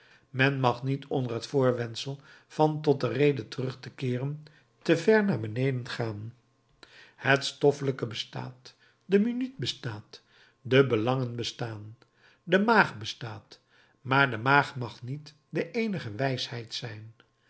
men mag niet onder het voorwendsel van tot de rede terug te keeren te ver naar beneden gaan het stoffelijke bestaat de minuut bestaat de belangen bestaan de maag bestaat maar de maag mag niet de eenige wijsheid zijn